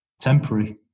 temporary